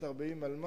540 מיליון